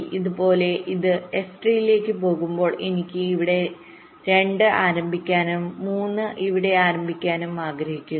അതുപോലെ ഇത് S3 ലേക്ക് പോകുമ്പോൾ എനിക്ക് ഇവിടെ 2 ആരംഭിക്കാനും 3 ഇവിടെ ആരംഭിക്കാനും ആഗ്രഹിക്കുന്നു